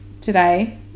today